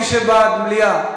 מי שבעד מליאה,